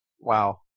Wow